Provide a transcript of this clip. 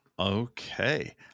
okay